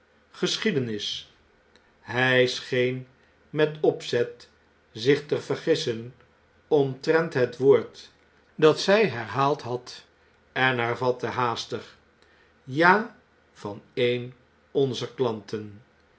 hij scheen met opzet zich te vergissen omtrent het woord dat zy herhaald had en hervatte haastig ja van een onzer klanten